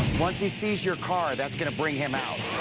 once he sees your car that's going to bring him out.